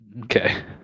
Okay